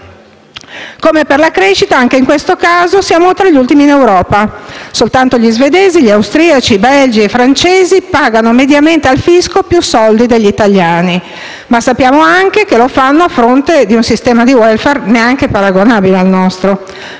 Come per la crescita, anche in questo caso siamo tra gli ultimi in Europa: soltanto gli svedesi, gli austriaci, i belgi e i francesi pagano mediamente al fisco più soldi degli italiani, ma sappiamo anche che lo fanno a fronte di un sistema di *welfare* neanche paragonabile al nostro.